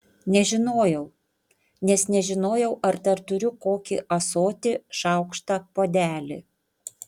nežinojau nes nežinojau ar dar turiu kokį ąsotį šaukštą puodelį